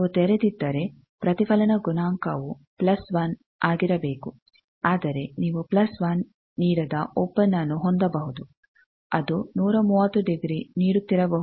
ನೀವು ತೆರೆದಿದ್ದರೆ ಪ್ರತಿಫಲನ ಗುಣಾಂಕವು ಪ್ಲಸ್ 1 ಆಗಿರಬೇಕು ಆದರೆ ನೀವು ಪ್ಲಸ್ 1 ನೀಡದ ಓಪೆನ್ನ್ನು ಹೊಂದಬಹುದು ಅದು 130 ಡಿಗ್ರಿ ನೀಡುತ್ತಿರಬಹುದು